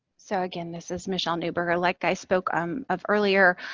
so again, this is michele neuburger. like i spoke um of earlier,